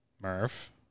Murph